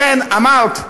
לכן אמרת,